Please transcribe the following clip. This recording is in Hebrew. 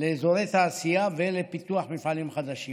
לאזורי תעשייה ולפיתוח מפעלים חדשים,